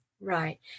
Right